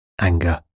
anger